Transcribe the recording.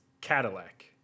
Cadillac